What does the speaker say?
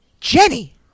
Jenny